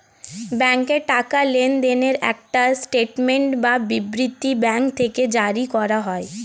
ব্যাংকে টাকা লেনদেনের একটা স্টেটমেন্ট বা বিবৃতি ব্যাঙ্ক থেকে জারি করা হয়